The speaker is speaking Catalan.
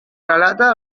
relata